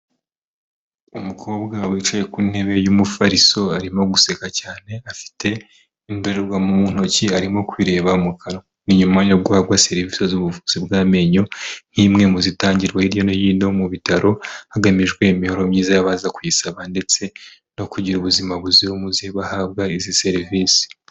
Umukobwa wicaye ku ntebe y'umufariso arimo guseka cyane afite indorerwamo mu ntoki arimo kwireba mu kanwa, ni nyuma yo guhabwa serivisi z'ubuvuzi bw'amenyo nk'imwe mu zitangirwa hirya no hino mu bitaro hagamijwe imibereho myiza y'abaza kuyisaba ndetse no kugira ubuzima buzira umuze bahabwa izi serivisi.